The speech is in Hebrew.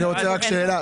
אני רוצה רק שאלה.